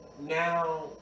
now